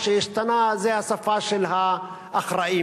מה שהשתנה זו השפה של האחראים,